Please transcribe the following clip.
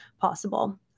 possible